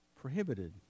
prohibited